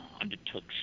undertook